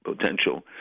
potential